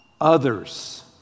others